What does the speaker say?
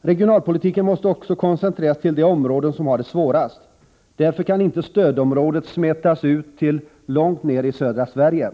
Regionalpolitiken måste också koncentreras till de områden som har det svårast. Därför kan inte stödområdet smetas ut till långt ner i södra Sverige.